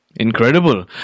Incredible